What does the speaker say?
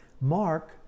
Mark